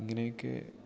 ഇങ്ങനെയെക്കെ